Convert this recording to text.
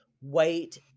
white